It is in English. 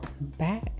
back